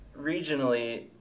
regionally